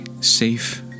safe